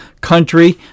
country